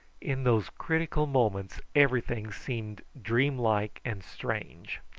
in those critical moments everything seemed dream-like and strange.